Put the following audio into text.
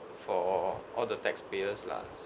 for all the taxpayers lah